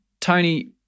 Tony